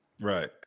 Right